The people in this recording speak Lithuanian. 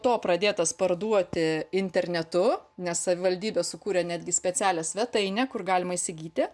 to pradėtas parduoti internetu nes savivaldybė sukūrė netgi specialią svetainę kur galima įsigyti